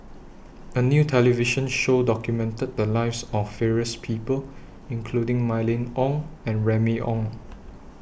A New television Show documented The Lives of various People including Mylene Ong and Remy Ong